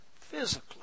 physically